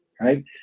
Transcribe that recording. right